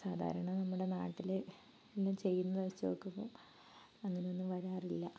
സാധാരണ നമ്മുടെ നാട്ടിൽ നിന്നും ചെയ്യുന്നതു വച്ച് നോക്കുമ്പം അങ്ങനയൊന്നും വരാറില്ല